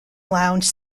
lounge